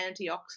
antioxidant